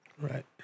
Right